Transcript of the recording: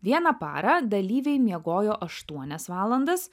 vieną parą dalyviai miegojo aštuonias valandas